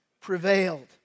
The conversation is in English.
prevailed